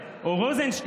הן אינן מתחילות